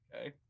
Okay